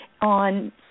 on